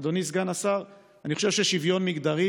אדוני סגן השר, אני חושב ששוויון מגדרי